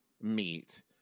meet